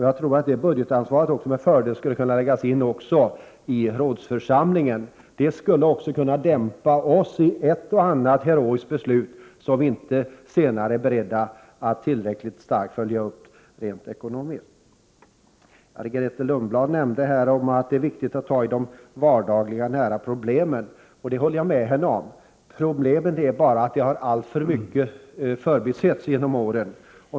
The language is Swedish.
Jag tror att detta budgetansvar med fördel skulle kunna läggas hos rådsförsamlingen och dämpa oss när det gäller ett och annat heroiskt beslut som vi inte senare är beredda att tillräckligt starkt följa upp rent ekonomiskt. Grethe Lundblad sade att det är viktigt att ta i de vardagliga och nära problemen. Det håller jag med henne om. Svårigheten är bara att detta i alltför stor utsträckning har förbisetts genom åren.